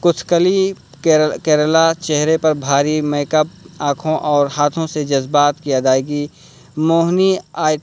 کتھکلی کیرل کیرالا چہرے پر بھاری میک اپ آنکھوں اور ہاتھوں سے جذبات کی ادائیگی موہنی آئی